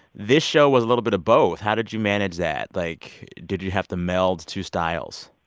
this show was a little bit of both. how did you manage that? like, did you have to meld two styles?